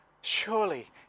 Surely